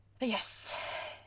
Yes